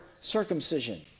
circumcision